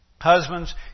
Husbands